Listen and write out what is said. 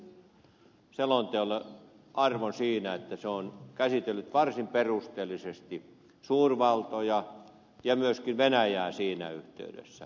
minä annan hallituksen selonteolle arvon siinä että se on käsitellyt varsin perusteellisesti suurvaltoja ja myöskin venäjää siinä yhteydessä